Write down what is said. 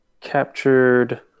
captured